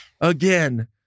again